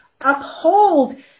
uphold